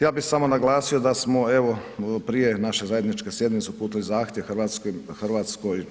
Ja bih samo naglasio da smo prije naše zajedničke sjednice uputili zahtjev Hrvatskoj